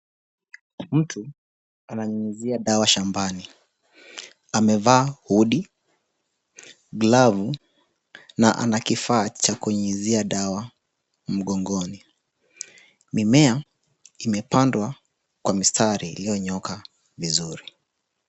Mtu ananyunyuzia dawa shambani, amevaa hoodie , glavu na ana kifaa cha kunyunyuzia dawa mgongoni. Mimea imepandwa kwa mistari iliyonyooka vizuri.